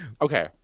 Okay